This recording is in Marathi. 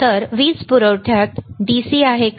DC वीज पुरवठ्यात आहे का